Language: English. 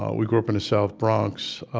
ah we grew up in the south bronx